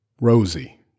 Rosie